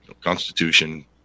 Constitution